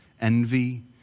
envy